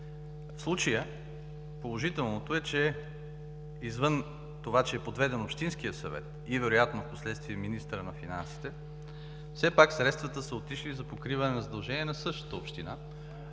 В случая положителното е, че извън това, че е подведен общинският съвет, вероятно впоследствие и министърът на финансите, все пак средствата са отишли за покриване на задължения на същата община,